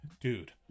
Dude